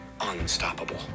unstoppable